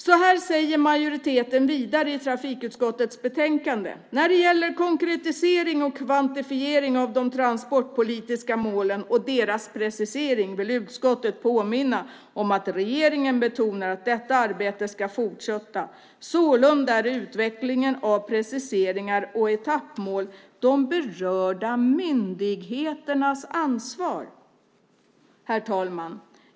Så här säger majoriteten vidare i trafikutskottets betänkande: "När det gäller konkretisering och kvantifiering av de transportpolitiska målen och deras preciseringar vill utskottet påminna om att regeringen betonar att detta arbete ska fortsätta. Sålunda är utvecklandet av preciseringar och etappmål de berörda myndigheternas ansvar." Herr talman!